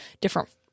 different